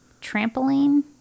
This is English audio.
trampoline